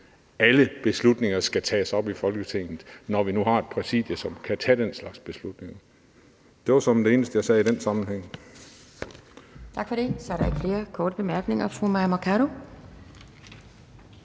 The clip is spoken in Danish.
alle – beslutninger skal tages op i Folketinget, når vi nu har et Præsidium, der kan tage den slags beslutninger. Der var såmænd det eneste, jeg sagde i den sammenhæng.